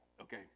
okay